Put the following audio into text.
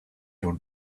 your